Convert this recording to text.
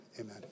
Amen